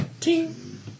Ting